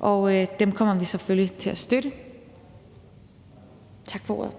og dem kommer vi selvfølgelig til at støtte. Tak for ordet.